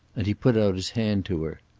and he put out his hand to her.